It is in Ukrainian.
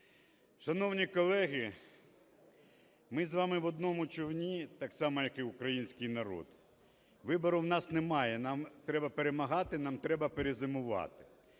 Шановні колеги, ми з вами в одному човні так само як і український народ. Вибору у нас немає, нам треба перемагати, нам треба перезимувати.